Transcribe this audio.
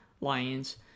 lions